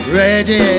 ready